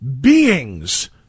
beings